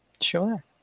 Sure